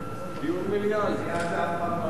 במליאה זה אף פעם לא יהיה.